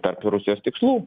tarp rusijos tikslų